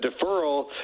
deferral